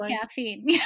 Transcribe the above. caffeine